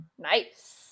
Nice